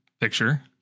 picture